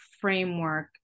framework